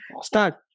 Start